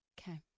Okay